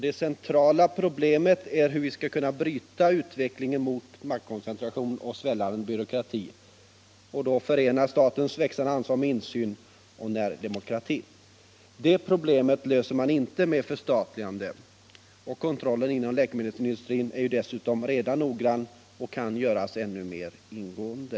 Det centrala problemet är hur vi skall kunna bryta utvecklingen mot maktkoncentration och svällande byråkrati och förena statens växande ansvar med insyn och närdemokrati. Det problemet löser man inte med förstatliganden. Kontrollen inom läkemedelsindustrin är dessutom redan nu noggrann, och den kan göras ännu mer ingående.